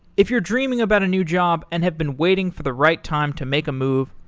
if you're dreaming about a new job and have been waiting for the right time to make a move,